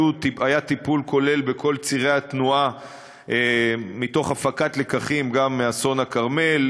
היה טיפול כולל בכל צירי התנועה מתוך הפקת לקחים גם מאסון הכרמל.